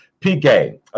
PK